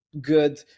good